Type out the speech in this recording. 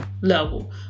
level